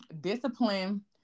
discipline